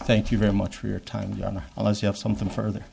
thank you very much for your time unless you have some further